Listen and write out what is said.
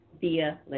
via